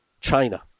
China